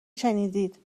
شنیدید